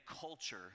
culture